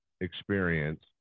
experience